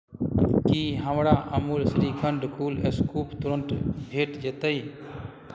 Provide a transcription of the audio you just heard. की हमरा Amul shrikhand cool scoop तुरन्त भेट जेतै